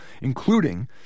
including